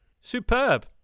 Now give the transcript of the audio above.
Superb